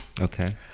okay